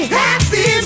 happy